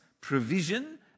provision